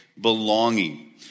Belonging